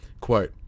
Quote